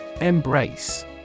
Embrace